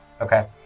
Okay